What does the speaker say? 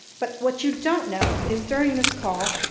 but what you don't know is during this call,